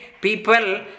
people